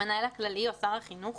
המנהל הכללי או שר החינוך,